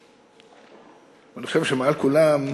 אני חושב שמעל כולם,